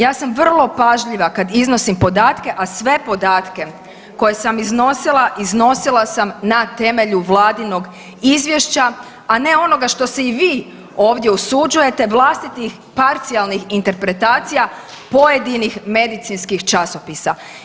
Ja sam vrlo pažljiva kad iznosim podatke, a sve podatke koje sam iznosila, iznosila sam na temelju vladinog izvješća, a ne onoga što se i vi ovdje usuđujete vlastitih parcijalnih interpretacija pojedinih medicinskih časopisa.